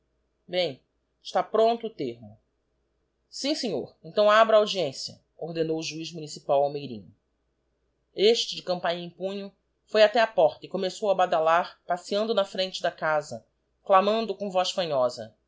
bem está promjito o termo sim senhor então abra a audiência ordenou o juiz municipal ao meirinho este de campainha cm punho foi até á porta e começou a badalar passeiando na frente da casa clamando com voz íanhosa audiência